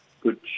Good